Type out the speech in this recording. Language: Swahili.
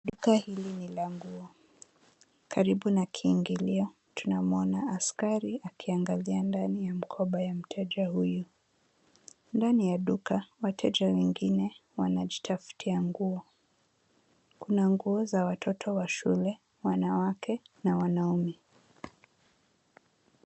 Duka hili ni la nguo. Karibu na kiingilio tunamwona askari akiangalia ndani ya mkoba ya mteja huyu. Ndani ya duka, wateja wengine wanajitafutia nguo. Kuna nguo za watoto wa shule, wanawake na wanaume.